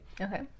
Okay